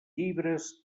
llibres